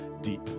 Deep